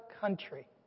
country